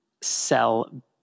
sell